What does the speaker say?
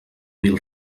mil